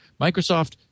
Microsoft